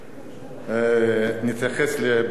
נתייחס באמת לדברים יותר רציניים.